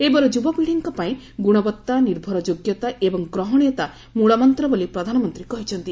ଏବେର ଯୁବପିଡ଼ୀଙ୍କ ପାଇଁ ଗୁଣବତ୍ତା ନିର୍ଭରଯୋଗ୍ୟତା ଏବଂ ଗ୍ରହଣୀୟତା ମୂଳମନ୍ତ ବୋଲି ପ୍ରଧାନମନ୍ତ୍ରୀ କହିଛନ୍ତି